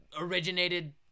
originated